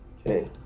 Okay